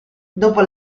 dopo